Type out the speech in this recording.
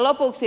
lopuksi